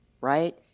right